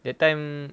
that time